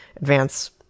advance